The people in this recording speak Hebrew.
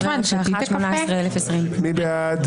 17,641 עד 17,660. מי בעד?